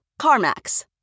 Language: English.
CarMax